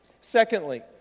Secondly